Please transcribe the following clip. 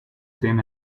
same